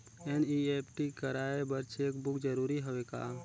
NEFT कराय बर cheque book जरूरी हवय का?